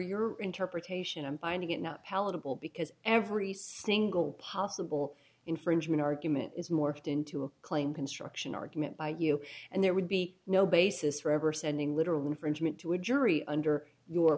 your interpretation i'm finding it not palatable because every single possible infringement argument is more akin to a claim construction argument by you and there would be no basis for ever sending literal infringement to a jury under your